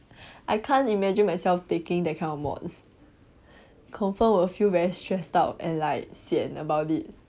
I can't imagine myself taking that kind of mods confirm will feel very stressed out and like sian about it